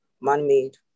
man-made